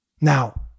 Now